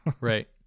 right